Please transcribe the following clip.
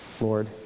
Lord